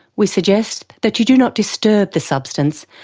we suggest that you do not disturb the substance,